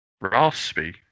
Raspy